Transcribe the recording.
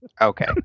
Okay